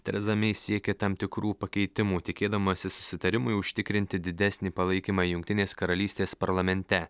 tereza mei siekė tam tikrų pakeitimų tikėdamasi susitarimui užtikrinti didesnį palaikymą jungtinės karalystės parlamente